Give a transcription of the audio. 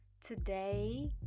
Today